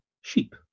sheep